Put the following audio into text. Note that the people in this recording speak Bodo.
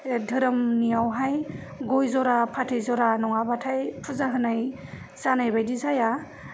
धोरोमनियावहाय गय ज'रा फाथै ज'रा नङाबाथाय फुजा होनाय जानायबायदि जाया